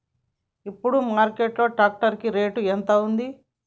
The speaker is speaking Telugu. ఇప్పుడు మార్కెట్ లో ట్రాక్టర్ కి రేటు ఎంత ఉంది?